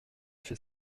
fait